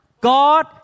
God